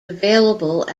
available